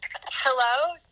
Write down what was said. hello